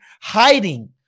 hiding